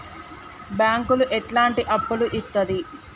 బ్యాంకులు ఎట్లాంటి అప్పులు ఇత్తది?